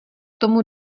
tomu